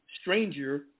stranger